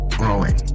growing